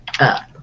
up